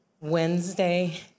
Wednesday